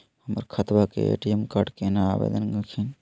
हमर खतवा के ए.टी.एम कार्ड केना आवेदन हखिन?